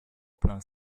plein